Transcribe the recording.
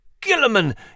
Gilliman